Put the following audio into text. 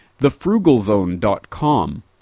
thefrugalzone.com